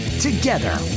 together